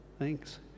Thanks